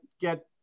get